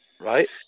right